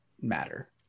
matter